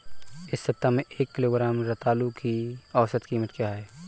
इस सप्ताह में एक किलोग्राम रतालू की औसत कीमत क्या है?